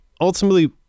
ultimately